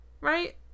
right